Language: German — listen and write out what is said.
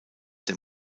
der